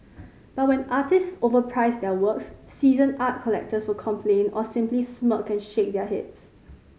but when artists overprice their works season art collectors will complain or simply smirk and shake their heads